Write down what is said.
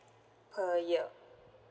per year